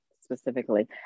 specifically